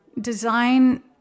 design